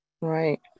right